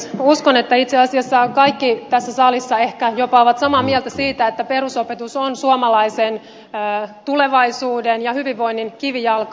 uskon että itse asiassa kaikki tässä salissa ehkä jopa ovat samaa mieltä siitä että perusopetus on suomalaisen tulevaisuuden ja hyvinvoinnin kivijalka